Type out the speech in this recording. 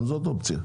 גם זאת אופציה.